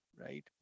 right